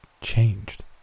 changed